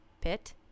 pit